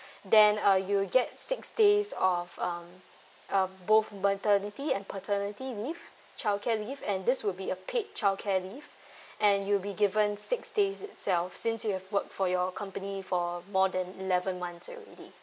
then uh you'll get six days of um uh both maternity and paternity leave childcare leave and this would be a paid childcare leave and you'll be given six days itself since you have worked for your company for more than eleven months already